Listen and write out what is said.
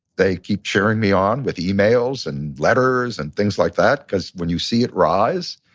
they keep cheering me on with emails and letters and things like that. cause when you see it rise,